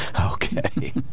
Okay